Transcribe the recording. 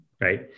right